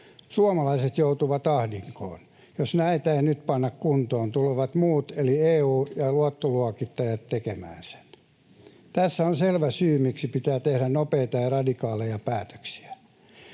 Suomalaiset joutuvat ahdinkoon. Jos näitä ei nyt panna kuntoon, tulevat muut eli EU ja luottoluokittajat tekemään sen. Tässä on selvä syy, miksi pitää tehdä nopeita ja radikaaleja päätöksiä.